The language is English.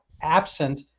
absent